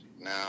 now